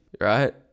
right